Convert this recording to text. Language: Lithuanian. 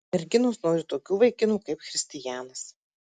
merginos nori tokių vaikinų kaip christijanas